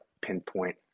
pinpoint